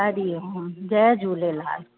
हरिओम जय झूलेलाल